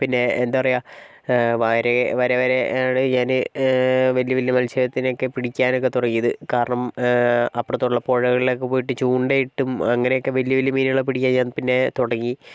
പിന്നെ എന്താ പറയാ വളരെ വരെ വരെ വലിയ വലിയ മൽസ്യത്തിനെയൊക്കെ പിടിക്കാനൊക്കെ തുടങ്ങിയത് കാരണം അപ്പുറത്തുള്ള പുഴകളിലൊക്കെ പോയിട്ട് ചൂണ്ടയിട്ടും അങ്ങനെയൊക്കെ വലിയ വലിയ മീനുകളെ പിടിക്കാൻ ഞാൻ പിന്നെ തുടങ്ങി